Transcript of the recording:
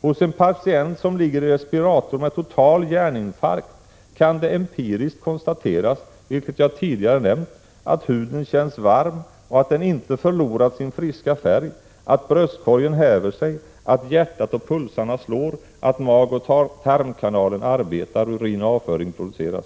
Hos en patient som ligger i respirator med total hjärninfarkt kan det empiriskt konstateras — det har jag tidigare nämnt — att huden känns varm och att den inte förlorat sin friska färg, att bröstkorgen häver sig, att hjärtat och pulsarna slår, att magoch tarmkanalen arbetar, urin och avföring produceras.